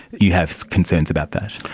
you have concerns about that.